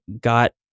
got